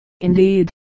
indeed